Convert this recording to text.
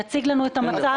יציג לנו את המצב.